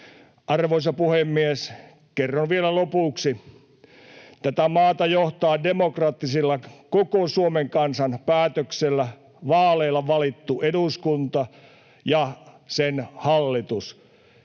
Arvoisa puhemies! Kerron vielä lopuksi: Tätä maata johtaa demokraattisella koko Suomen kansan päätöksellä, vaaleilla valittu eduskunta ja sen hallitus,